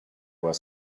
were